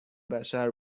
بشر